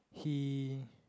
he